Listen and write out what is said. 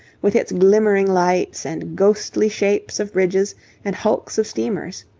with its glimmering lights and ghostly shapes of bridges and hulks of steamers.